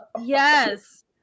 Yes